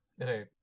Right